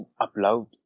upload